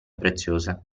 preziose